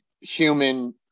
human